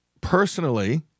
personally